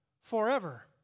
forever